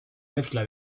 mezcla